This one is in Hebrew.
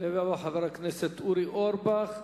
יעלה ויבוא חבר הכנסת אורי אורבך,